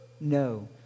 No